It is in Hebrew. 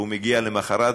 הוא מגיע למוחרת,